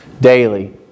daily